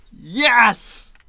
Yes